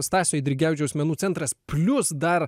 stasio eidrigevičiaus menų centras plius dar